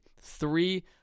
three